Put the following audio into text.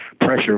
pressure